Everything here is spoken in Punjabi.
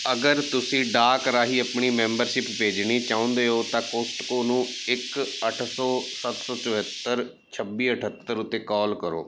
ਅਗਰ ਤੁਸੀਂ ਡਾਕ ਰਾਹੀਂ ਆਪਣੀ ਮੈਂਬਰਸ਼ਿਪ ਭੇਜਣੀ ਚਾਹੁੰਦੇ ਹੋ ਤਾਂ ਕੌਸਟਕੋ ਨੂੰ ਇੱਕ ਅੱਠ ਸੌ ਸੱਤ ਸੌ ਚੁਹੱਤਰ ਛੱਬੀ ਅੱਠਤਰ ਉੱਤੇ ਕਾਲ ਕਰੋ